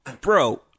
bro